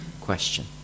question